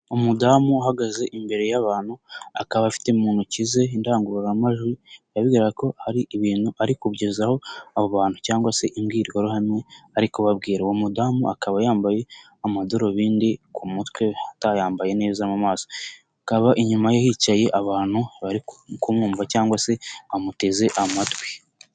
Umudamu uhagaze imbere y'abantu, akaba afite mu ntoki ze indangururamajwi, bikaba bigaragara ko hari ibintu ari kugezaho abo bantu cyangwa se imbwirwaruhame ariko babwira. Uwo mudamu akaba yambaye amadarubindi ku mutwe atayambaye neza mu maso. Akaba inyuma ye hicaye abantu bari kumwumva cyangwa se bamuteze amatwi.